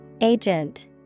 Agent